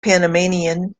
panamanian